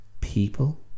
people